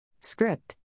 Script